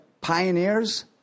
pioneers